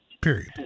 Period